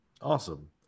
Awesome